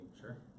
sure